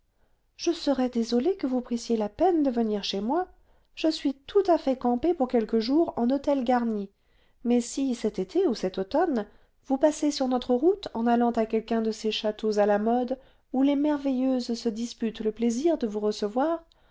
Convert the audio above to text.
je serais désolée que vous prissiez la peine de venir chez moi je suis tout à fait campée pour quelques jours en hôtel garni mais si cet été ou cet automne vous passez sur notre route en allant à quelqu'un de ces châteaux à la mode où les merveilleuses se disputent le plaisir de vous recevoir